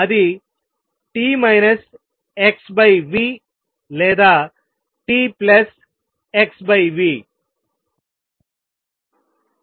అది t xv లేదా txv